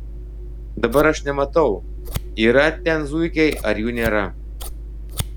dabar aš nematau yra ten zuikiai ar jų nėra